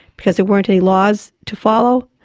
because there weren't any laws to follow.